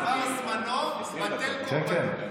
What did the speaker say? עבר זמנו, בטל קורבנו.